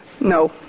No